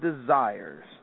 desires